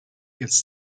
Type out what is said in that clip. its